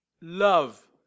Love